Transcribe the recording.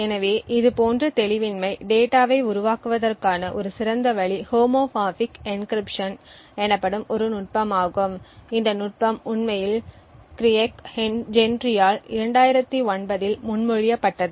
எனவே இதுபோன்ற தெளிவின்மை டேட்டாவை உருவாக்குவதற்கான ஒரு சிறந்த வழி ஹோமோமார்பிக் எனகிரிப்ட்ஷன் எனப்படும் ஒரு நுட்பமாகும் இந்த நுட்பம் உண்மையில் கிரெய்க் ஜென்ட்ரியால் 2009 இல் முன்மொழியப்பட்டது